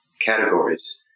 categories